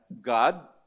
God